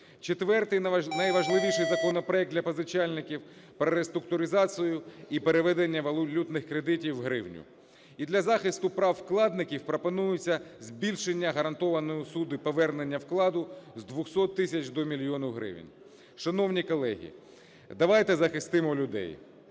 Четвертий найважливіший законопроект для позичальників про реструктуризацію і переведення валютних кредитів у гривню. І для захисту прав вкладників пропонується збільшення гарантованої суми повернення вкладу з 200 тисяч до мільйона гривень. Шановні колеги, давайте захистимо людей.